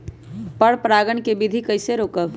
पर परागण केबिधी कईसे रोकब?